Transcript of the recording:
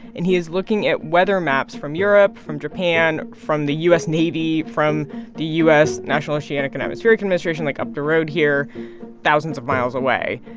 and he is looking at weather maps from europe, from japan, from the u s. navy, from the u s. national oceanic and atmospheric administration like, up the road here thousands of miles away.